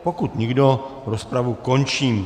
Pokud nikdo, rozpravu končím.